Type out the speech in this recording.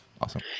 Awesome